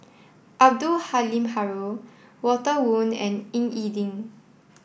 Abdul Halim Haron Walter Woon and Ying E Ding